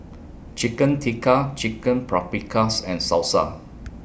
Chicken Tikka Chicken Paprikas and Salsa